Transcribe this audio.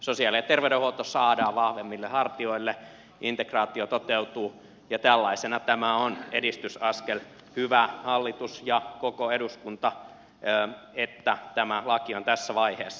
sosiaali ja terveydenhuolto saadaan vahvemmille hartioille integraatio toteutuu ja tällaisena tämä on edistysaskel hyvä hallitus ja koko eduskunta että tämä laki on tässä vaiheessa